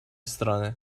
страны